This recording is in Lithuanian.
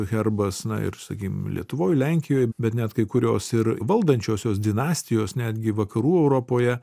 herbas na ir sakykim lietuvoj lenkijoj bet net kai kurios ir valdančiosios dinastijos netgi vakarų europoje